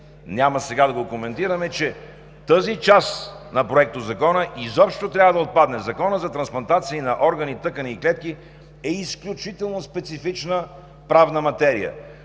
няма сега да го коментирам, е, че тази част на Законопроекта изобщо трябва да отпадне. Законът за трансплантация на органи, тъкани и клетки е изключително специфична правна материя